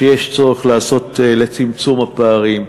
שיש צורך לעשות לצמצום הפערים,